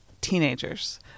teenagers